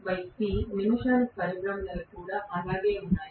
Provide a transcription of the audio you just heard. కాబట్టి నిమిషానికి పరిభ్రమణలు కూడా అలానే ఉన్నాయి